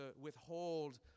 withhold